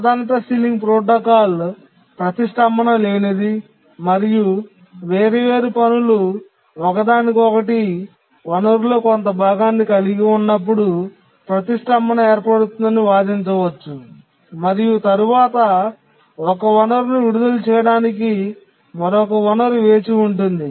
ప్రాధాన్యత ceiling protocol ప్రతిష్ఠంభన లేనిది మరియు వేర్వేరు పనులు ఒకదానికొకటి వనరులో కొంత భాగాన్ని కలిగి ఉన్నప్పుడు ప్రతిష్ఠంభన ఏర్పడుతుందని వాదించవచ్చు మరియు తరువాత ఒక వనరును విడుదల చేయడానికి మరొక వనరు వేచి ఉంటుంది